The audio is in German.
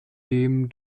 dem